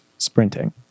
sprinting